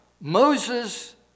Moses